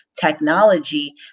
technology